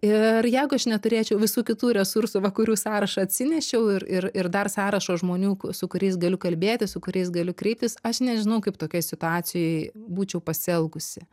ir jeigu aš neturėčiau visų kitų resursų va kurių sąrašą atsinešiau ir ir ir dar sąrašo žmonių k su kuriais galiu kalbėtis su kuriais galiu kreiptis aš nežinau kaip tokioj situacijoj būčiau pasielgusi